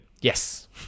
yes